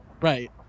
Right